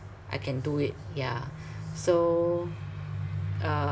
I can do it yeah so uh